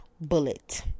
bullet